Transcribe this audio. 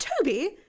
Toby